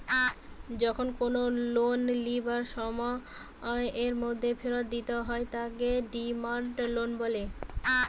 যখন কোনো লোন লিবার সময়ের মধ্যে ফেরত দিতে হয় তাকে ডিমান্ড লোন বলে